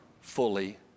fully